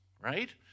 right